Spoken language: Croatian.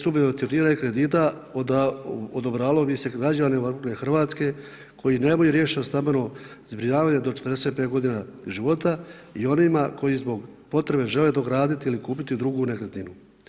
Subvencioniranje kredita odobravalo bi se građanima RH koji nemaju riješeno stambeno zbrinjavanje do 45 godina života i onima koji zbog potrebe žele dograditi ili kupiti drugu nekretninu.